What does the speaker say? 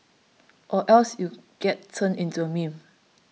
or else you get turned into a meme